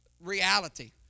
reality